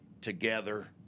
together